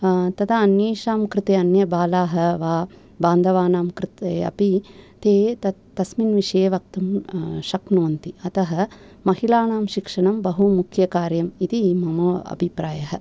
तदा अन्येषां कृते अन्यबालाः वा बान्धवानां कृते अपि ते तस्मिन् विषये वक्तुं शक्नुवन्ति अतः महिलानां शिक्षणं बहुमुख्यकार्यम् इति मम अभिप्रायः